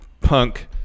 Punk